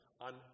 on